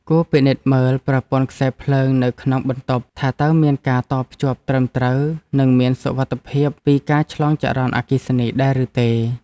គួរពិនិត្យមើលប្រព័ន្ធខ្សែភ្លើងនៅក្នុងបន្ទប់ថាតើមានការតភ្ជាប់ត្រឹមត្រូវនិងមានសុវត្ថិភាពពីការឆ្លងចរន្តអគ្គិសនីដែរឬទេ។